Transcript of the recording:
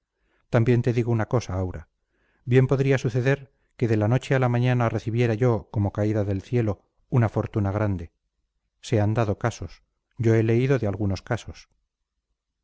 también te digo una cosa aura bien podría suceder que de la noche a la mañana recibiera yo como caída del cielo una fortuna grande se han dado casos yo he leído de algunos casos